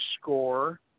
score